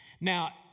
Now